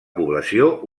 població